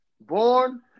born